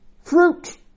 fruit